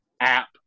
app